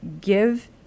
give